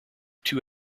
two